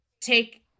take